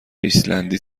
ایسلندی